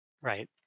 right